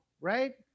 right